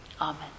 Amen